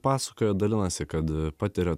pasakoja dalinasi kad patiria